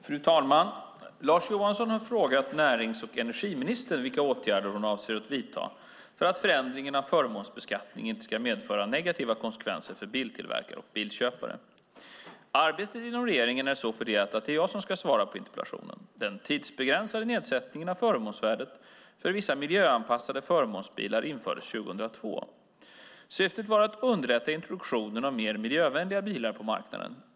Fru talman! Lars Johansson har frågat närings och energiministern vilka åtgärder hon avser att vidta för att förändringen av förmånsbeskattningen inte ska medföra negativa konsekvenser för biltillverkare och bilköpare. Arbetet inom regeringen är så fördelat att det är jag som ska svara på interpellationen. Den tidsbegränsade nedsättningen av förmånsvärdet för vissa miljöanpassade förmånsbilar infördes 2002. Syftet var att underlätta introduktionen av mer miljövänliga bilar på marknaden.